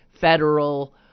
federal